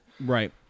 Right